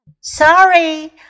Sorry